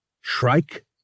Shrike